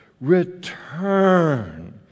Return